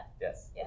Yes